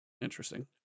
Interesting